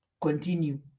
continue